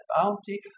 bounty